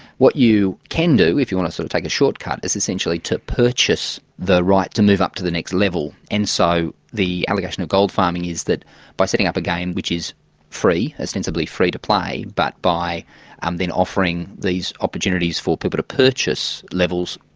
what you can do, if you want to sort of take a short cut, is essentially to purchase the right to move up to the next level, and so the allegation of gold farming is that by setting up a game which is free, ostensibly free to play, but by and then offering these opportunities for people to purchase levels,